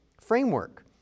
framework